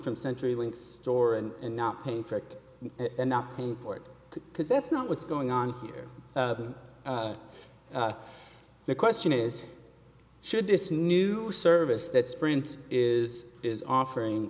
from centrelink store and not paying for it and not paying for it because that's not what's going on here the question is should this new service that sprint is is offering